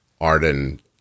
Arden